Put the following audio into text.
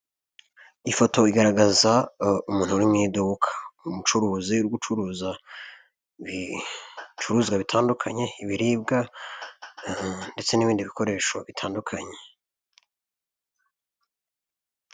Ifoto igaragaza umuntu uri mu iduka umucuruzi uri gucuruza ibicuruzwa bitandukanye ibiribwa ndetse n'ibindi bikoresho bitandukanye.